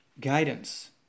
guidance